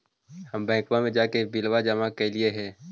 हम बैंकवा मे जाके बिलवा जमा कैलिऐ हे?